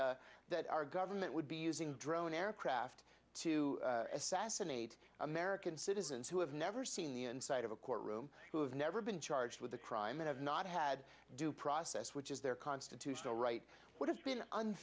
that that our government would be using drone aircraft to assassinate american citizens who have never seen the inside of a courtroom who have never been charged with a crime they have not had due process which is their constitutional right would have been